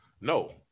No